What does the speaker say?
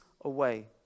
away